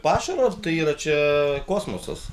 pašaro tai yra čia kosmosas